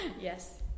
Yes